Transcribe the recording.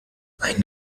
ein